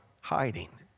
hiding